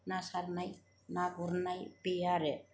ना सारनाय ना गुरनाय बे आरो